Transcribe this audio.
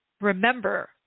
Remember